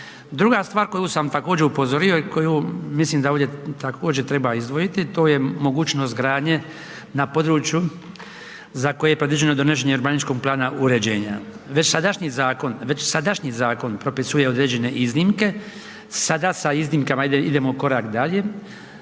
Druga stvar, koju sam također upozorio i koju mislim da ovdje također treba izdvojiti to je mogućnost gradnje na području za koje je predviđeno donošenje urbanističkog plana uređenja. Već sadašnji zakon, već sadašnji zakon propisuje određene iznimke, sada se iznimkama idemo korak dalje,